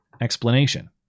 explanation